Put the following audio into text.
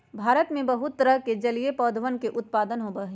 भारत में बहुत तरह के जलीय पौधवन के उत्पादन होबा हई